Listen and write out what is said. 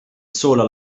sola